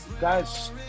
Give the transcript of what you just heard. Guys